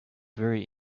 very